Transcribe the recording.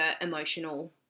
emotional